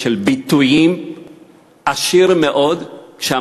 צירוף עשיר מאוד של ביטויים,